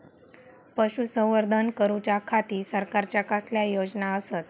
पशुसंवर्धन करूच्या खाती सरकारच्या कसल्या योजना आसत?